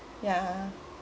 yeah